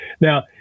Now